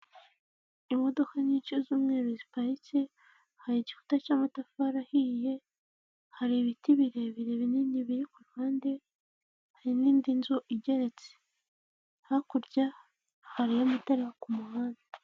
Imodoka nyinshi z'umweru ziparitse, hari igikuta cy'amatafari ahiye, hari ibiti birebire binini biri kuhande, hari n'indi nzu igeretse. Hakurya hariyo amatara ku muhanda.